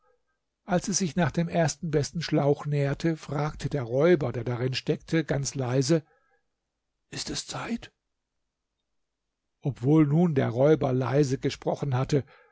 als sie sich dem ersten besten schlauch näherte fragte der räuber der darin steckte ganz leise ist es zeit obwohl nun der räuber leise gesprochen hatte